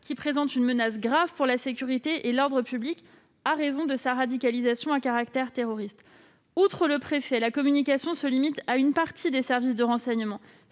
qui présente une menace grave pour la sécurité et l'ordre public, à raison de sa radicalisation à caractère terroriste. Ensuite, outre le préfet, la communication se limite à une partie des services de renseignement